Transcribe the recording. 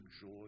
joy